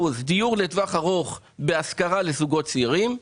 דיור לטווח ארוך בהשכרה לזוגות צעירים,